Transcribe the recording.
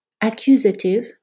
accusative